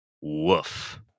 Woof